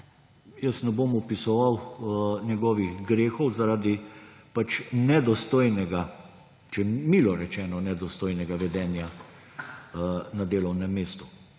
jaz ne bom opisoval njegovih grehov ‒ zaradi pač nedostojnega, milo rečeno, nedostojnega vedenja na delovnem mestu